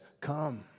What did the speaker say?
come